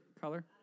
color